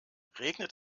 regnet